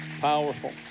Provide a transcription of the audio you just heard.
Powerful